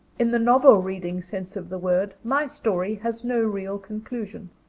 in the novel-reading sense of the word, my story has no real conclusion.